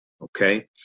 okay